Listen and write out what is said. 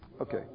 Okay